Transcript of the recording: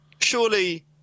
surely